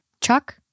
Chuck